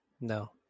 no